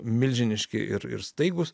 milžiniški ir ir staigūs